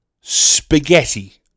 spaghetti